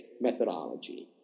methodology